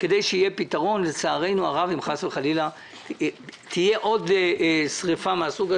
כדי שיהיה פתרון אם חס וחלילה תהיה שוב שריפה דומה